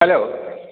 hello